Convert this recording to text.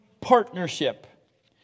partnership